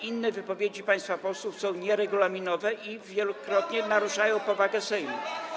Inne wypowiedzi państwa posłów są nieregulaminowe i wielokrotnie naruszają powagę Sejmu.